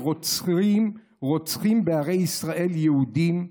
שרוצחים בערי ישראל יהודים,